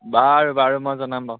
বাৰু বাৰু মই জনাম বাৰু